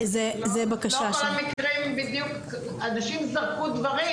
לא כל המקרים בדיוק אנשים זרקו דברים,